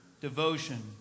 devotion